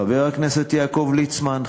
חבר הכנסת יעקב ליצמן,